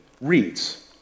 reads